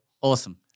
Awesome